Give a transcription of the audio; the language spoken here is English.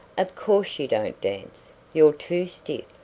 of course you don't dance you're too stiff,